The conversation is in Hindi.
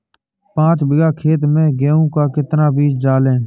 पाँच बीघा खेत में गेहूँ का कितना बीज डालें?